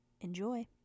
Enjoy